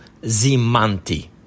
Zimanti